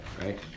right